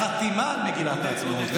בחתימה על מגילת העצמאות.